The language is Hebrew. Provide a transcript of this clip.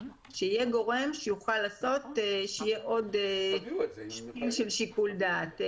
שיהיה גורם שיוכל להפעיל עוד שיקול דעת.